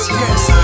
yes